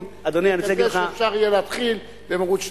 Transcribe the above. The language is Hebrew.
יהיה כזה שיהיה אפשר להתחיל במהירות,